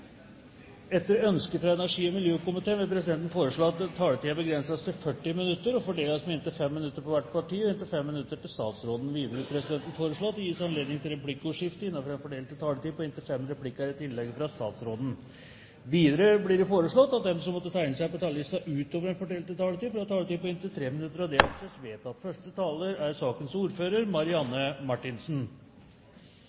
Etter ønske fra energi- og miljøkomiteen vil presidenten foreslå at taletiden begrenses til 40 minutter og fordeles med inntil 5 minutter til hvert parti og inntil 5 minutter til statsråden. Videre vil presidenten foreslå at det gis anledning til replikkordskifte innenfor den fordelte taletid på inntil fem replikker med svar etter innlegget fra statsråden. Videre blir det foreslått at de som måtte tegne seg på talerlisten utover den fordelte taletid, får en taletid på inntil 3 minutter. – Det anses vedtatt. Det er